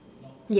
yes